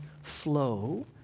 flow